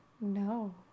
No